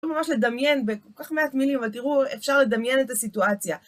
ממש לדמיין בכל כך מעט מילים, אבל תראו, אפשר לדמיין את הסיטואציה.